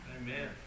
Amen